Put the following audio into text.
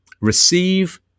receive